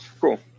Cool